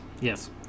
Yes